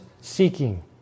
seeking